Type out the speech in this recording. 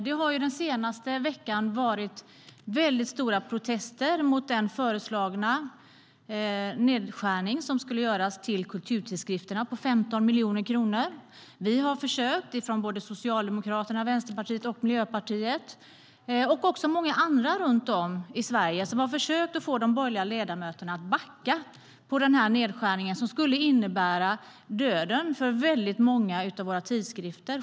Det har under den senaste veckan varit väldigt stora protester mot den föreslagna nedskärningen på 15 miljoner kronor, som skulle göras i fråga om kulturtidskrifterna. Socialdemokraterna, Vänsterpartiet, Miljöpartiet och många andra runt om i Sverige har försökt att få de borgerliga ledamöterna att backa i fråga om den här nedskärningen, som skulle innebära döden för många av våra tidskrifter.